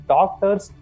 Doctors